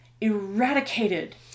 eradicated